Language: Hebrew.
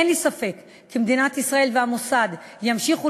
אין לי ספק שמדינת ישראל והמוסד ימשיכו